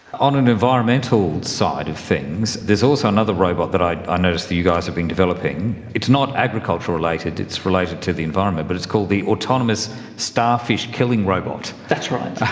on an environmental side of things, there's also another robot that i ah noticed you guys have been developing. it's not agriculture related, it's related to the environment, but it's called the autonomous starfish killing robot. that's right,